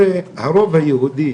הרי הרוב היהודי